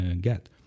get